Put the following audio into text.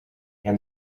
and